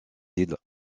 îles